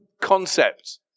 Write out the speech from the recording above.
concept